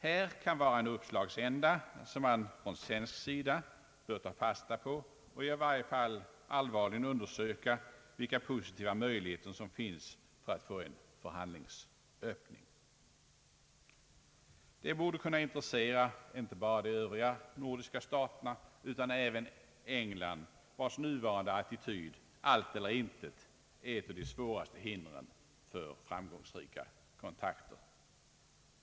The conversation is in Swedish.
Här kan finnas en uppslagsända, och man bör från svensk sida ta fasta på den eller i varje fall allvarligt undersöka vilka positiva möjligheter som finns att åstadkomma en förhandlingsöppning. Den borde kunna intressera inte bara de övriga nordiska staterna utan även England, vars nuvarande attityd »allt eller intet» är ett av de svåraste hindren för framgångsrika kontakter.